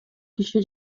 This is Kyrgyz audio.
киши